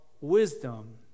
wisdom